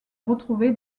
retrouvé